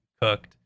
cooked